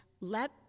let